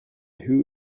who